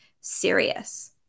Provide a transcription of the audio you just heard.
serious